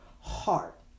heart